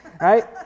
right